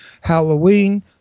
Halloween